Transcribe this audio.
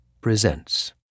presents